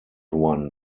one